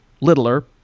littler